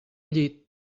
llit